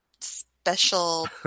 special